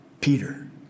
Peter